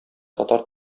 татар